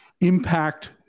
impact